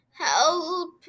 help